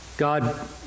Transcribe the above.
God